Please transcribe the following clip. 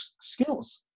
skills